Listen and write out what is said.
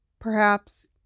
perhaps